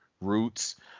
roots